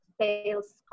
sales